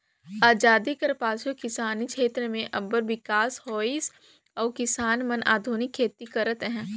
अजादी कर पाछू किसानी छेत्र में अब्बड़ बिकास होइस अउ किसान मन आधुनिक खेती करत अहें